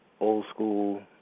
old-school